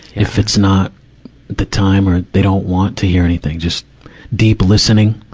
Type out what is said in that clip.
if it's not the time or they don't want to hear anything, just deep listening,